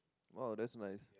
!wow! that's nice